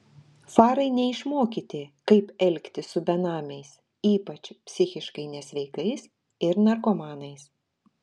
farai neišmokyti kaip elgtis su benamiais ypač psichiškai nesveikais ir narkomanais